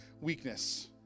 weakness